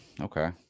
Okay